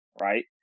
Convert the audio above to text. right